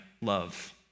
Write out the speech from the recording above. love